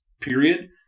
period